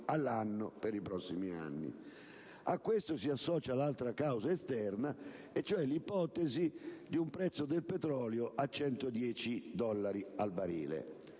all'anno per i prossimi anni. A questo si associa l'altra causa esterna, vale a dire l'ipotesi del prezzo del petrolio a 110 dollari al barile.